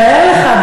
תאר לך.